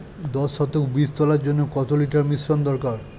দশ শতক বীজ তলার জন্য কত লিটার মিশ্রন দরকার?